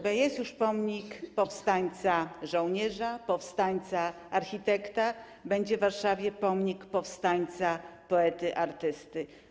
Bo jest już pomnik powstańca żołnierza, powstańca architekta - będzie w Warszawie pomnik powstańca poety, artysty.